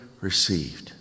received